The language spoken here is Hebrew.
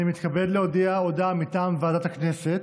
אני מתכבד להודיע הודעה מטעם ועדת הכנסת.